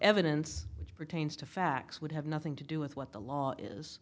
evidence which pertains to facts would have nothing to do with what the law is